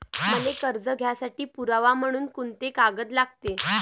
मले कर्ज घ्यासाठी पुरावा म्हनून कुंते कागद लागते?